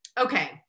okay